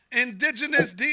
indigenous